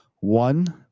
one